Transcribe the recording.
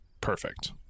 Perfect